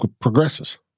progresses